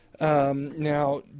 Now